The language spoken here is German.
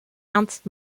ernst